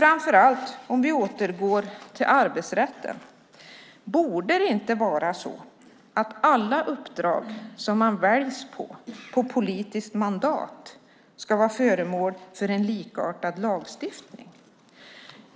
Framför allt, om vi återgår till arbetsrätten: Borde det inte vara så att alla uppdrag som man väljs till på politiskt mandat ska vara föremål för en likartad lagstiftning?